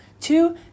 Two